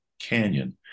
canyon